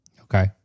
okay